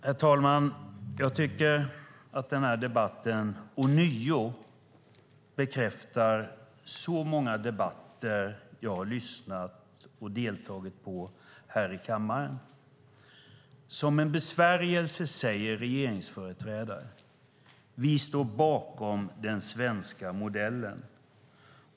Herr talman! Jag tycker att den här debatten ånyo bekräftar så många debatter som jag har lyssnat på och deltagit i här i kammaren. Som en besvärjelse säger regeringsföreträdare: Vi står bakom den svenska modellen.